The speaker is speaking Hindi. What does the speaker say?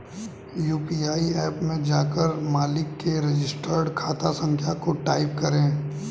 यू.पी.आई ऐप में जाकर मालिक के रजिस्टर्ड खाता संख्या को टाईप करें